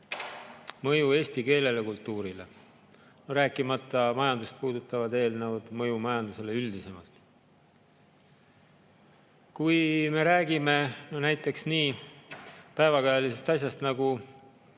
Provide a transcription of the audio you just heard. mõju eesti keelele ja kultuurile, rääkimata majandust puudutavatest eelnõudest, mõju majandusele üldisemalt. Kui me räägime näiteks nii päevakajalisest asjast nagu